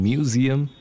Museum